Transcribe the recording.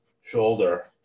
shoulder